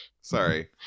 Sorry